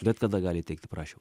bet kada gali teikti prašymą